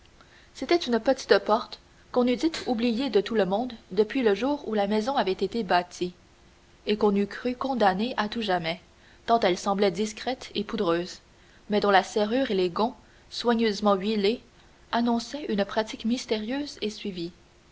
c'était une petite porte qu'on eût dit oubliée de tout le monde depuis le jour où la maison avait été bâtie et qu'on eût cru condamnée à tout jamais tant elle semblait discrète et poudreuse mais dont la serrure et les gonds soigneusement huilés annonçaient une pratique mystérieuse et suivie